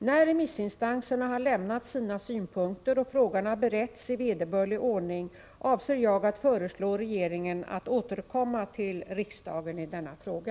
När remissinstanserna har lämnat sina synpunkter och frågan har beretts i vederbörlig ordning avser jag att föreslå regeringen att återkomma till riksdagen i denna fråga.